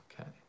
Okay